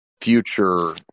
future